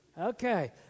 Okay